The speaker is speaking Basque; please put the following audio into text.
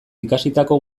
ikasitako